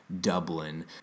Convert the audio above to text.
Dublin